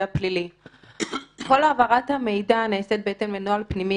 כל העברת המידע נעשית בהתאם לנוהל פנימי,